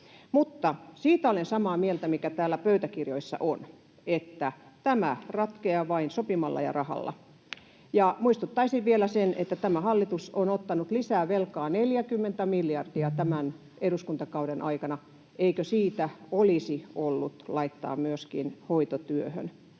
Siitä olen samaa mieltä, mikä täällä pöytäkirjoissa on, että tämä ratkeaa vain sopimalla ja rahalla, ja muistuttaisin vielä, että tämä hallitus on ottanut lisää velkaa 40 miljardia tämän eduskuntakauden aikana. Eikö siitä olisi ollut laittaa myöskin hoitotyöhön?